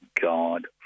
God